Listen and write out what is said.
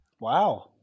Wow